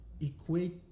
equate